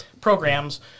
programs